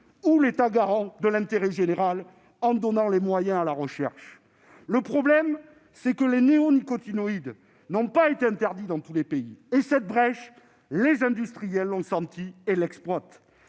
ou l'État garant de l'intérêt général, en donnant les moyens à la recherche ? Le problème réside dans le fait que les néonicotinoïdes n'ont pas été interdits dans tous les pays et, cette brèche, les industriels l'ont découverte et l'exploitent.